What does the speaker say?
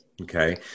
Okay